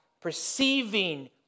perceiving